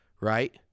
right